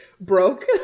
broke